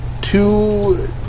two